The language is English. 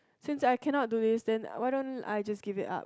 since I cannot do this then why don't I just give it up